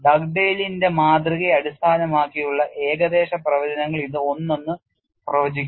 ഡഗ്ഡെയ്ലിന്റെ മാതൃകയെ അടിസ്ഥാനമാക്കിയുള്ള ഏകദേശ പ്രവചനങ്ങൾ ഇത് ഒന്നെന്നു പ്രവചിക്കുന്നു